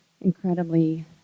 incredibly